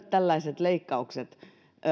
tällaiset leikkaukset